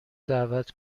دعوت